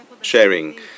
sharing